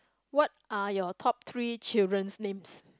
what are your top three children's names